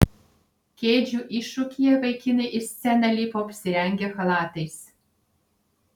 kėdžių iššūkyje vaikinai į sceną lipo apsirengę chalatais